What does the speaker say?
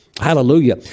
Hallelujah